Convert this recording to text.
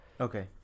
Okay